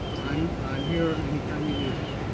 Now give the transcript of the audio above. i'm i'm here anytime you need us.